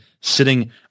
sitting